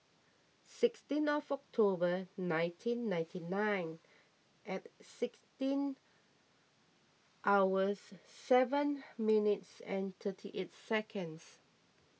sixteen October nineteen ninety nine at sixteen hours seven minutes and thirty eight seconds